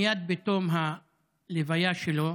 מייד בתום הלוויה שלו,